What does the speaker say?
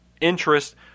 interest